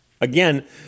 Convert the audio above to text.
Again